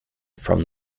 from